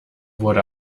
wurde